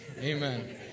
amen